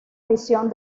visión